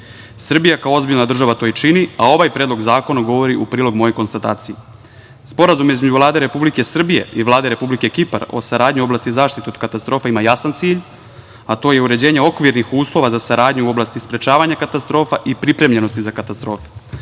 Srbija, kao ozbiljna država, to i čini, a ovaj predlog zakona govori u prilog mojoj konstataciji. Sporazum između Vlade Republike Srbije i Vlade Republike Kipar o saradnji u oblasti zaštite o katastrofa ima jasan cilj, a to je uređenje okvirnih uslova za saradnju u oblasti sprečavanja katastrofa i pripremljenosti za katastrofe.